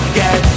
get